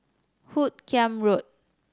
Hoot Kiam Road